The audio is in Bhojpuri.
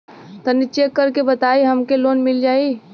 तनि चेक कर के बताई हम के लोन मिल जाई?